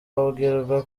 babwirwa